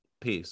peace